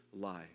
life